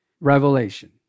Revelation